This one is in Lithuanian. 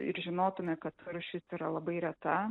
ir žinotume kad rūšis yra labai reta